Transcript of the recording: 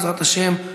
בעזרת השם,